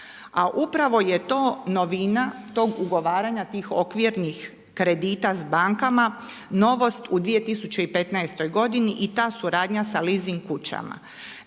upravo je to novina tog ugovaranja tih okvirnih kredita s bankama novost u 2015. godini i ta suradnja sa leasing kućama.